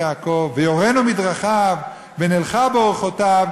יעקב ויורנו מדרכיו ונלכה בארחתיו,